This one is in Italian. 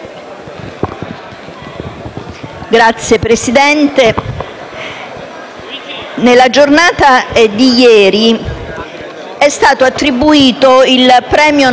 Signora Presidente, nella giornata di ieri è stato attribuito il premio Nobel per la fisica